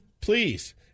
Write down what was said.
please